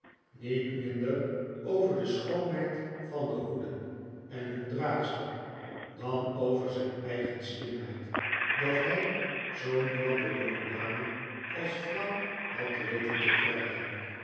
niet nikolaas nickleby minder over de schoonheid van de hoeden en hun draagsters dan over zijn eigen slimheid dat hij zoo'n knappe jongedame als vrouw had weten te krijgen